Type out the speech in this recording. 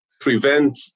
prevent